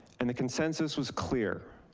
and the consensus was clear.